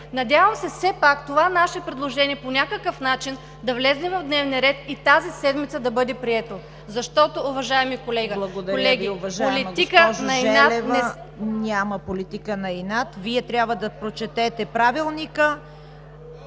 Надявам се все пак това наше предложение по някакъв начин да влезе в дневния ред и тази седмица да бъде прието. Защото, уважаеми колеги, политика на инат